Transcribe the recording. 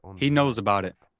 he knows about it,